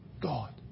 God